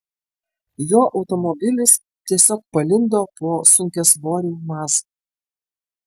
jo automobilis tiesiog palindo po sunkiasvoriu maz